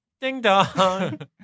Ding-dong